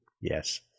Yes